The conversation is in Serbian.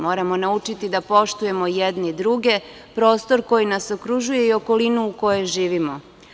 Moramo naučiti da poštujemo jedni druge, prostor koji nas okružuje i okolinu u kojoj živimo.